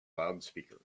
loudspeaker